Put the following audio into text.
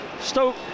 Stoke